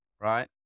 right